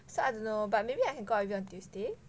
so I don't know but maybe I can got out with you on tuesday